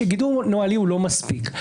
שגידור נוהלי לא מספיק.